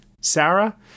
Sarah